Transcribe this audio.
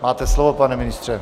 Máte slovo, pane ministře.